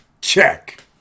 check